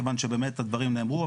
כיוון שבאמת הדברים נאמרו.